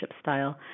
style